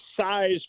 size